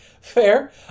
Fair